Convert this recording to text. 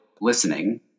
listening